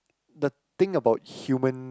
the thing about human